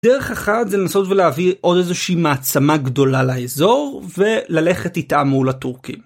דרך אחת זה לנסות ולהביא עוד איזושהי מעצמה גדולה לאזור וללכת איתה מול הטורקים.למה מה עשו הטורקים